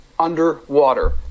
underwater